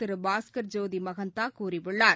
திரு பாஸ்கர் ஜோதி மகந்தா கூறியுள்ளார்